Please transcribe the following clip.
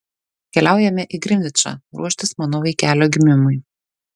keliaujame į grinvičą ruoštis mano vaikelio gimimui